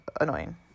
annoying